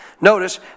Notice